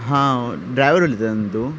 हां ड्रायव्हर उलयता न्हय तूं